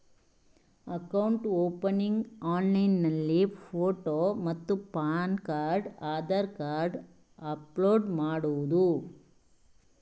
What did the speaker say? Account opening ಆನ್ಲೈನ್ನಲ್ಲಿ photo ಮತ್ತು pan card Aadhaar card upload ಮಾಡುವುದು?